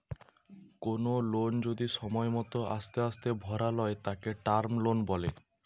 কোনো লোন যদি সময় মতো আস্তে আস্তে ভরালয় তাকে টার্ম লোন বলে